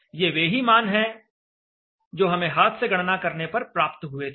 ये वे ही मान हैं जो हमें हाथ से गणना करने पर प्राप्त हुए थे